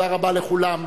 תודה רבה לכולם.